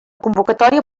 convocatòria